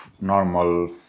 normal